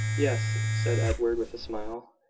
yes, said edward, with a smile.